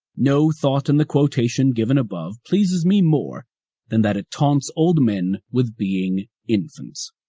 no thought in the quotation given above pleases me more than that it taunts old men with being infants.